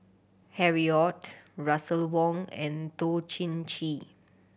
Harry Ord Russel Wong and Toh Chin Chye